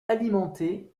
alimenté